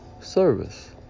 service